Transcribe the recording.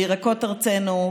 בירקות ארצנו,